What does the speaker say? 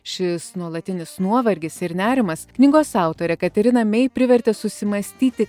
šis nuolatinis nuovargis ir nerimas knygos autorę kateriną mei privertė susimąstyti